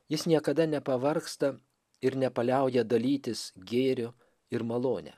jis niekada nepavargsta ir nepaliauja dalytis gėriu ir malone